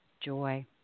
Joy